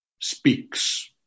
speaks